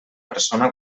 persona